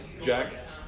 Jack